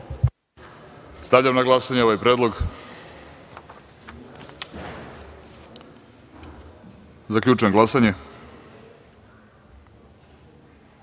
Stavljam na glasanje ovaj predlog. Zaključujem glasanje: